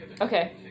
okay